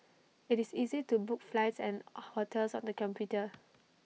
IT is easy to book flights and hotels on the computer